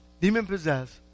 demon-possessed